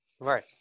Right